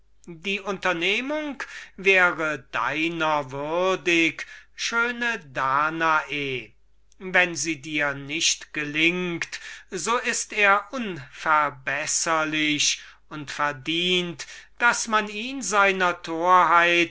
die unternehmung wäre deiner würdig schöne danae und wenn sie dir nicht gelingt so ist er unverbesserlich und verdient nichts als daß man ihn seiner